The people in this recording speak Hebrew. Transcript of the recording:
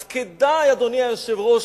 אז כדאי, אדוני היושב-ראש,